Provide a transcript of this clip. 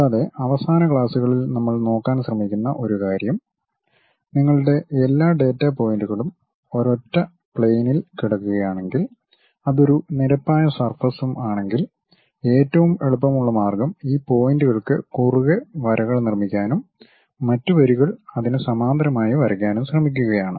കൂടാതെ അവസാന ക്ലാസുകളിൽ നമ്മൾ നോക്കാൻ ശ്രമിക്കുന്ന ഒരു കാര്യം നിങ്ങളുടെ എല്ലാ ഡാറ്റാ പോയിന്റുകളും ഒരൊറ്റ പ്ലെയിനിൽ കിടക്കുകയാണെങ്കിൽ അത് ഒരു നിരപ്പായ സർഫസും ആണെങ്കിൽ ഏറ്റവും എളുപ്പമുള്ള മാർഗ്ഗം ഈ പോയിൻറുകൾക്ക് കുറുകെ വരികൾ നിർമ്മിക്കാനും മറ്റ് വരികൾ അതിനു സമാന്തരമായി വരയ്ക്കാനും ശ്രമിക്കുകയാണ്